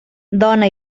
dona